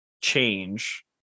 Change